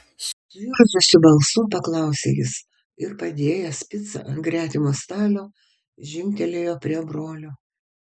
suirzusiu balsu paklausė jis ir padėjęs picą ant gretimo stalo žingtelėjo prie brolio